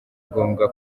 ngombwa